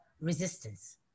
resistance